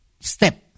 Step